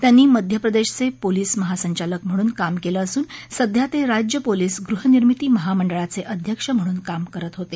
त्यांनी मध्यप्रदेशचे पोलीस महासंचालक म्हणून कार्य केलं असून सध्या ते राज्य पोलिस गृहनिर्मिती महामंडळाचे अध्यक्ष म्हणून काम करत होते